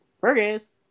Fergus